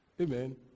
Amen